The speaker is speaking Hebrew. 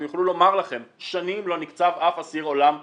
הם יוכלו לומר לכם ששנים לא נקצב שום אסיר עולם ביטחוני.